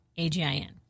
A-G-I-N